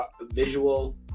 visual